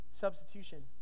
Substitution